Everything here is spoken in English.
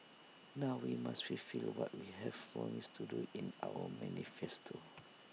now we must fulfil what we have promised to do in our manifesto